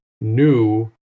new